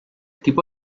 tipo